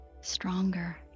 Stronger